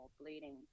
bleeding